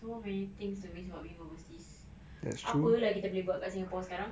so many things to miss about being overseas apa lah yang kita boleh buat kat singapore sekarang